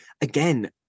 again